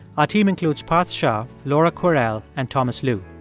our team includes parth shah, laura kwerel and thomas lu.